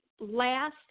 last